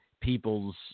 People's